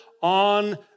on